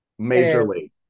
majorly